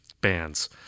bands